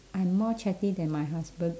I'm more chatty than my husband